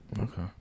Okay